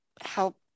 help